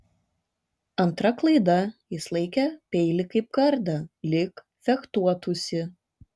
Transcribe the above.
antra klaida jis laikė peilį kaip kardą lyg fechtuotųsi